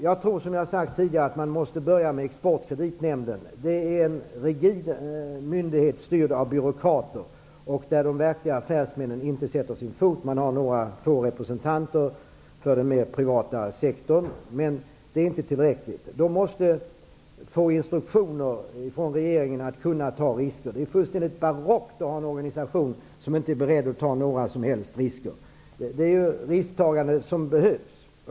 Jag tror, som jag har sagt tidigare, att man måste börja med Exportkreditnämnden. Det är en rigid myndighet, styrd av byråkrater, där de verkliga affärsmännen inte sätter sin fot. Där finns några få representanter för den privata sektorn, men det är inte tillräckligt. Nämnden måste få instruktioner från regeringen att ta risker. Det är fullständigt barockt att ha en organisation som inte är beredd att ta några som helst risker. Det är ju risktagande som behövs.